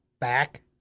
back